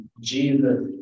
Jesus